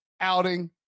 outing